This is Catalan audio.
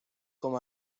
com